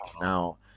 Now